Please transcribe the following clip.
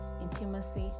intimacy